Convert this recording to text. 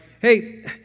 hey